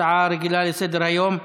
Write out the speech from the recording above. הצעה רגילה לסדר-היום בנושא: